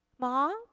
Mom